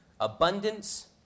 abundance